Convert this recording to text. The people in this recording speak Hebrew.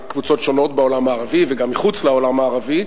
קבוצות שונות בעולם הערבי וגם מחוץ לעולם הערבי,